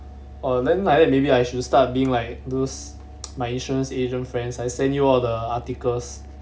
err then like then maybe I should start being like those my insurance agent friends I send you all the articles